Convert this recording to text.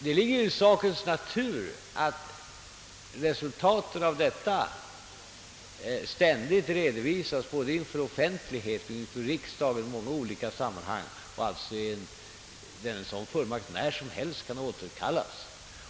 Det ligger i sakens natur att resultatet av prövningen ständigt redovisas inför offentligheten och riksdagen och i många olika sammanhang samt att fullmakten när som helst kan återkallas.